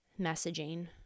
messaging